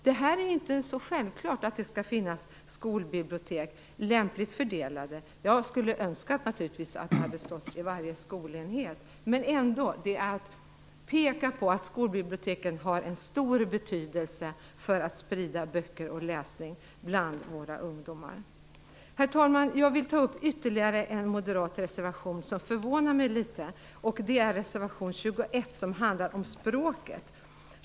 Det är inte så självklart att det skall finnas lämpligt fördelade skolbibliotek. Jag skulle naturligvis önskat att det hade stått att det skall finnas bibliotek i varje skolenhet, men det är ändå bra att man pekar på att skolbiblioteken har en stor betydelse för spridningen av böcker och läsning bland våra ungdomar. Herr talman! Jag vill ta upp ytterligare en moderat reservation som förvånar mig litet. Det är reservation 21, som handlar om språket.